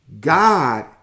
God